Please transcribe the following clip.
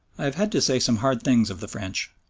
i have had to say some hard things of the french,